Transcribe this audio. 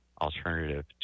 alternative